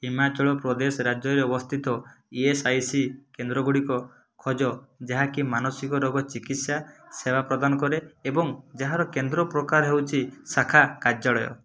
ହିମାଚଳ ପ୍ରଦେଶ ରାଜ୍ୟରେ ଅବସ୍ଥିତ E S I C କେନ୍ଦ୍ରଗୁଡ଼ିକ ଖୋଜ ଯାହାକି ମାନସିକ ରୋଗ ଚିକିତ୍ସା ସେବା ପ୍ରଦାନ କରେ ଏବଂ ଯାହାର କେନ୍ଦ୍ର ପ୍ରକାର ହେଉଛି ଶାଖା କାର୍ଯ୍ୟାଳୟ